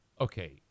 Okay